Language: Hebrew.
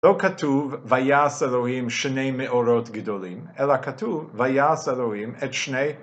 לא כתוב ויעש אלוהים שני מאורות גדולים אלא כתוב ויעש אלוהים את שני